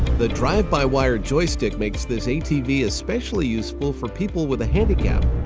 the drive-by-wire joystick makes this atv especially useful for people with a handicap.